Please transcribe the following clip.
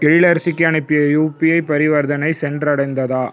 எழிலரசிக்கு அனுப்பிய யூபிஐ பரிவர்த்தனை சென்றடைந்ததா